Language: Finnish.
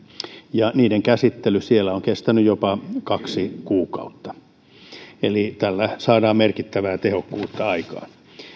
ja niiden käsittely siellä on kestänyt jopa kaksi kuukautta tällä saadaan merkittävää tehokkuutta aikaan